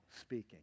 speaking